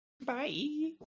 Bye